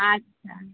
আচ্ছা